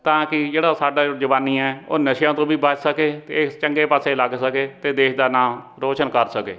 ਤਾਂ ਕਿ ਜਿਹੜਾ ਸਾਡਾ ਜਵਾਨੀ ਹੈ ਉਹ ਨਸ਼ਿਆਂ ਤੋਂ ਵੀ ਬਚ ਸਕੇ ਅਤੇ ਇਸ ਚੰਗੇ ਪਾਸੇ ਲੱਗ ਸਕੇ ਅਤੇ ਦੇਸ਼ ਦਾ ਨਾਂ ਰੋਸ਼ਨ ਕਰ ਸਕੇ